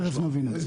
תכף נבין את זה.